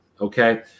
Okay